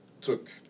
took